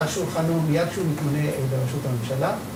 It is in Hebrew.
על שולחנו מיד כשהוא מתמנה לראשות הממשלה